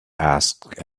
ask